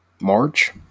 March